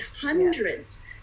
Hundreds